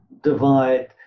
divide